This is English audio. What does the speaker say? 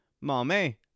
Mommy